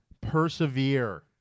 Persevere